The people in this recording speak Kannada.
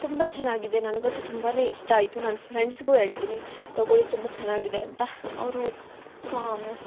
ತುಂಬ ಚೆನ್ನಾಗಿದೆ ನನಗಂತೂ ತುಂಬಾನೆ ಇಷ್ಟ ಆಯ್ತು ನನ್ನ ಫ್ರೆಂಡ್ಸ್ಗೂ ಹೇಳ್ತೀನಿ ತೊಗೊಳ್ಳಿ ತುಂಬ ಚೆನ್ನಾಗಿದೆ ಅಂತ ಅವರು